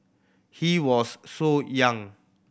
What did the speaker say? he was so young